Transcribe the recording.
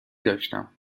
داشتم